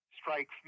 strikes